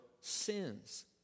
sins